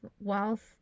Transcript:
whilst